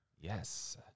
Yes